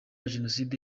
jenoside